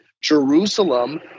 Jerusalem